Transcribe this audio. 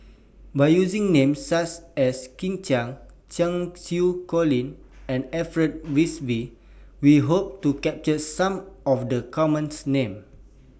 By using Names such as Kit Chan Cheng Xinru Colin and Alfred Frisby We Hope to capture Some of The Common Names